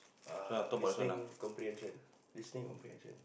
ah listening comprehension listening comprehension